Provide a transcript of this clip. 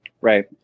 Right